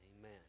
Amen